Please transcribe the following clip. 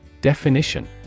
Definition